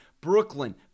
Brooklyn